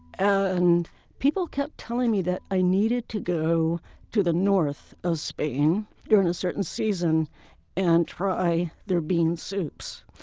and people kept telling me that i needed to go to the north of spain during a certain season and try their bean soups.